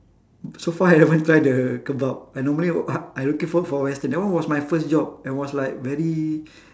so far I haven't try the kebab I normally would I looking for for western that one was my first job I was like very